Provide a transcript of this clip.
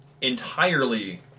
entirely